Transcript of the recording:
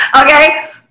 Okay